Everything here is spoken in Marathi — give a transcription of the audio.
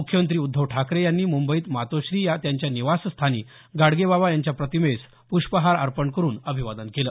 मुख्यमंत्री उद्धव ठाकरे यांनी मुंबईत मातोश्री या त्यांच्या निवासस्थानी गाडगेबाबा यांच्या प्रतिमेस प्रष्पहार अर्पण करून अभिवादन केलं